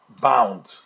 bound